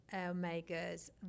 omegas